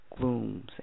glooms